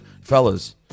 Fellas